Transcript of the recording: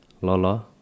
Lola